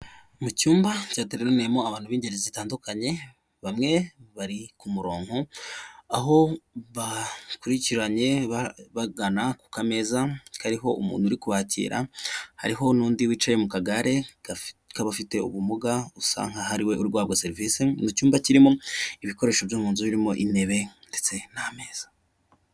Mu cyumba cyateraniyemo abantu b'ingeri zitandukanye bamwe bari ku murongo aho bakurikiranye bagana ku kameza kariho umuntu uri kubakira hariho n'undi wicaye mu kagare kabafite ubumuga usa nk'aho ariwe uri guhabwa serivisi mu cyumba kirimo ibikoresho byo mu nzu birimo intebe ndetse n'ameza.